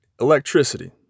electricity